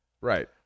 right